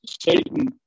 Satan